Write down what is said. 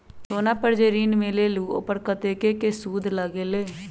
सोना पर जे ऋन मिलेलु ओपर कतेक के सालाना सुद लगेल?